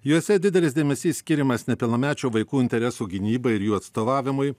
juose didelis dėmesys skiriamas nepilnamečių vaikų interesų gynybai ir jų atstovavimui